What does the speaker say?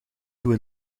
toe